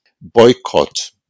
boycott